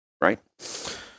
right